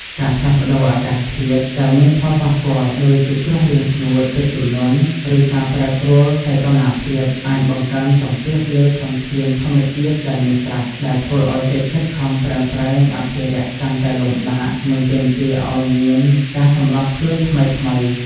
ការផ្លាស់ប្តូរអាកាសធាតុ ដែលមានផលប៉ះពាល់ ដូចជាគ្រោះរាំងស្ងួត ទឹកជំនន់ ឬការប្រែប្រួលសីតុណ្ហភាព អាចបង្កើនសម្ពាធលើធនធានធម្មជាតិដែលមានស្រាប់ ដែលធ្វើឱ្យកិច្ចខិតខំប្រឹងប្រែងអភិរក្សកាន់តែលំបាក និងទាមទារឱ្យមានការសម្របខ្លួនថ្មីៗ។